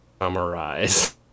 summarize